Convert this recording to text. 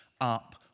up